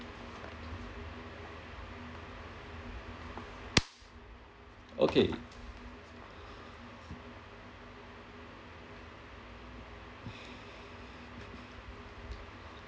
okay